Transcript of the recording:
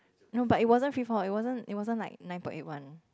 no but it wasn't free fall it wasn't it wasn't like nine point eight one